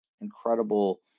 incredible